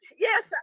Yes